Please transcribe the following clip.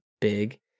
big